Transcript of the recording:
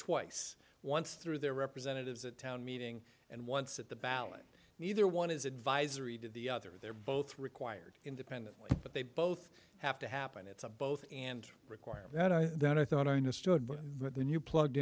twice once through their representatives at a town meeting and once at the ballot neither one is advisory to the other they're both required independently but they both have to happen it's a both and require that i that i thought i knew that the new plug